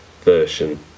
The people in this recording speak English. version